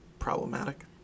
problematic